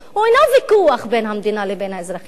הוא אינו ויכוח בין המדינה לבין האזרחים הערבים.